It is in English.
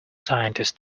scientists